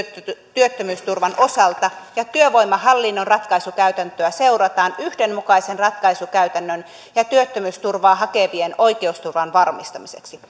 työttömyysturvan osalta ja työvoimahallinnon ratkaisukäytäntöä seurataan yhdenmukaisen ratkaisukäytännön ja työttömyysturvaa hakevien oikeusturvan varmistamiseksi